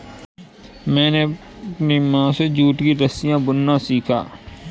मैंने अपनी माँ से जूट की रस्सियाँ बुनना सीखा